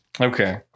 Okay